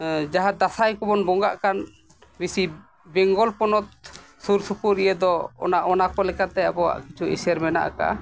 ᱡᱟᱦᱟᱸ ᱫᱟᱸᱥᱟᱭ ᱠᱚᱵᱚᱱ ᱵᱚᱸᱜᱟᱜ ᱠᱟᱱ ᱵᱮᱥᱤ ᱵᱮᱝᱜᱚᱞ ᱯᱚᱱᱚᱛ ᱥᱩᱨᱼᱥᱩᱯᱩᱨ ᱤᱭᱟᱹ ᱫᱚ ᱚᱱᱟ ᱚᱱᱟᱠᱚ ᱞᱮᱠᱟᱛᱮ ᱟᱵᱚᱣᱟᱜ ᱮᱹᱥᱮᱨ ᱢᱮᱱᱟᱜ ᱠᱟᱜᱼᱟ